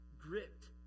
gripped